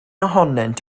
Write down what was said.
ohonynt